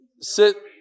sit